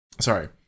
Sorry